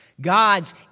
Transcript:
God's